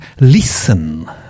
listen